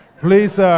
please